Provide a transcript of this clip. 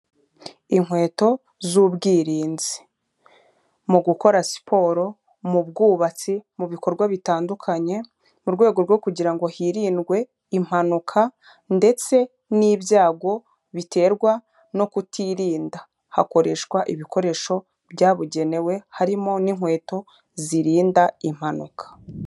Inkweto z'ubwirinzi. Mu gukora siporo, mu bwubatsi, mu bikorwa bitandukanye, mu rwego rwo kugira ngo hirindwe impanuka ndetse n'ibyago biterwa no kutirinda, hakoreshwa ibikoresho byabugenewe harimo n'inkweto zirinda impanuka.